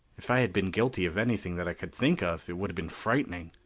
if i had been guilty of anything that i could think of, it would have been frightening.